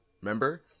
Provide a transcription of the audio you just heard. Remember